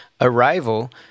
Arrival